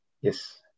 Yes